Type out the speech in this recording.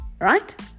right